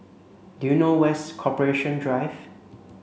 do you know where's Corporation Drive